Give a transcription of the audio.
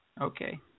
Okay